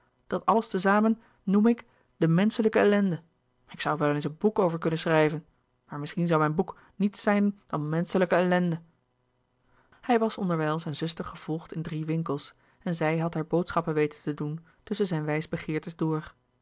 dat alles te zamen noem ik de menschelijke ellende ik zoû er wel eens een boek over kunnen schrijven maar misschien zoû mijn boek niets zijn dan menschelijke ellende hij was onderwijl zijn zuster gevolgd in drie winkels en zij had haar boodschappen weten louis couperus de boeken der kleine zielen te doen tusschen zijne wijsbegeertes door